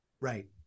Right